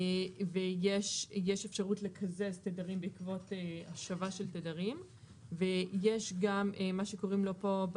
ויש אפשרות לקזז תדרים בעקבות השבה של תדרים ויש גם מה שקוראים לו פה,